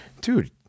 Dude